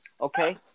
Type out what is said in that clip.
okay